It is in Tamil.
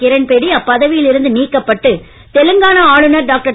கிரண் பேடி அப்பதவியில் இருந்து நீக்கப்பட்டு தெலங்கானா ஆளுனர் டாக்டர்